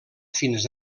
fins